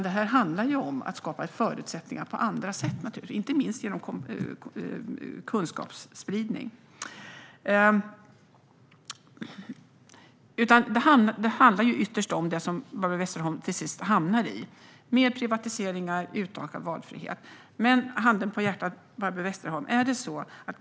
Det handlar om att skapa förutsättningar på andra sätt, inte minst genom kunskapsspridning. Det handlar ytterst om vad Barbro Westerholm till sist hamnar i, nämligen mer privatiseringar och utökad valfrihet. Handen på hjärtat, Barbro Westerholm!